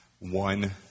one